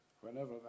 whenever